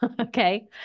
Okay